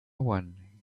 one